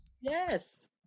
Yes